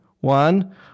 one